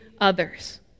others